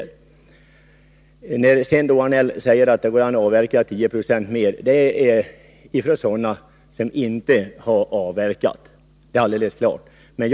Anders Arnell har sagt att det går att avverka 10 96 mer än vad som nu avverkas. Det gäller sådana skogsägare som inte har avverkat.